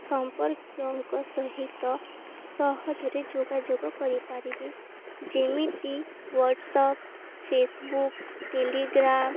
ସମ୍ପର୍କୀୟଙ୍କ ସହିତ ସହଜରେ ଯୋଗାଯୋଗ କରିପାରିବେ ଯେମିତି ୱାଟ୍ସଆପ୍ ଫେସ୍ବୁକ୍ ଟେଲିଗ୍ରାମ୍